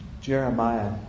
Jeremiah